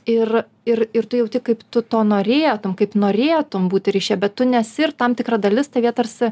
ir ir ir tu jauti kaip tu to norėtum kaip norėtumei būti ryšyje bet tu nesi ir tam tikra dalis tavyje tarsi